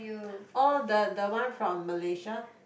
oh the the one from Malaysia